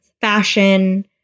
fashion